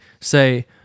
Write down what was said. say